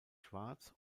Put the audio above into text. schwarz